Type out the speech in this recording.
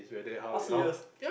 !huh! serious